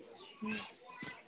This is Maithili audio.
ह्म्म